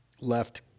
left